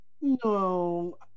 No